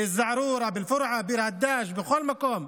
בא-זערורה, באל-פורעה, ביר הדאג', בכל מקום.